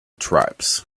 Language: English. tribes